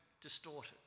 distorted